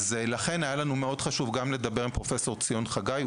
לכן היה לנו מאוד חשוב לדבר עם פרופסור ציון חגי.